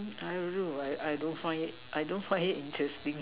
I don't know I I don't find it I don't find it interesting